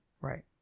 right